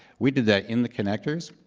we did that in the connectors.